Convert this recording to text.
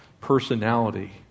personality